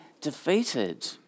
defeated